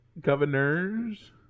governors